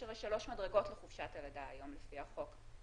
יש הרי שלוש מדרגות לחופשת הלידה היום, לפי החוק.